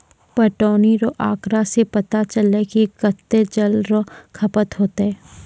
पटौनी रो आँकड़ा से पता चलै कि कत्तै जल रो खपत होतै